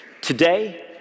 Today